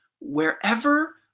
wherever